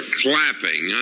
clapping